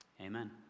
Amen